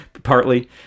Partly